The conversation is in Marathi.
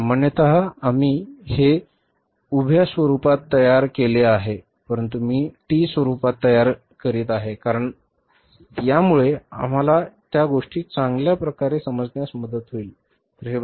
सामान्यत आम्ही हे उभ्या स्वरूपात तयार केले आहे परंतु मी टी स्वरुपात तयारी करीत आहे कारण यामुळे आम्हाला त्या गोष्टी चांगल्या प्रकारे समजण्यास मदत होईल